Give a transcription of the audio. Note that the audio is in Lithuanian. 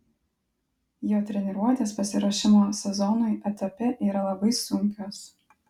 jo treniruotės pasiruošimo sezonui etape yra labai sunkios